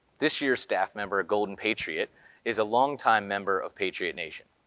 this year's staff member golden patriot is a longtime member of patriot nation.